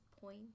point